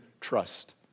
trust